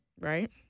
Right